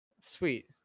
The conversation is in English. sweet